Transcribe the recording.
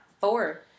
Four